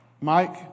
Mike